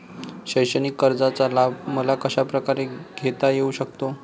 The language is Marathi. शैक्षणिक कर्जाचा लाभ मला कशाप्रकारे घेता येऊ शकतो?